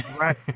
Right